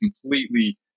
completely